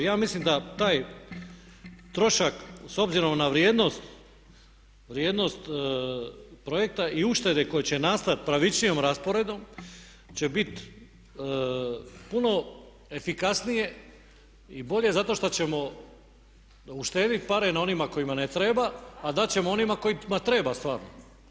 Ja mislim da taj trošak s obzirom na vrijednost projekta i uštede koje će nastati pravičnijom rasporedom će biti puno efikasnije i bolje zato što ćemo uštediti pare na onima kojima ne treba a dat ćemo onima kojima treba stvarno.